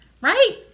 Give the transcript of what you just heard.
right